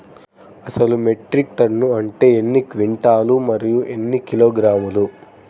అసలు metric ton అంటే ఎన్ని క్వింటాలు మరియు ఎన్ని కిలోగ్రాములు?